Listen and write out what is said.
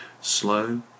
Slow